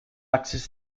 access